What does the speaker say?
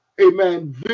amen